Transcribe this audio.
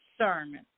sermon